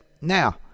Now